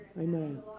Amen